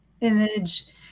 image